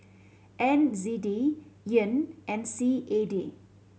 N Z D Yen and C A D